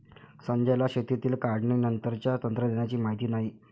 संजयला शेतातील काढणीनंतरच्या तंत्रज्ञानाची माहिती नाही